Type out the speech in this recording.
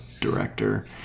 Director